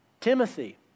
Timothy